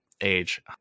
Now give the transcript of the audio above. age